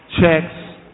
checks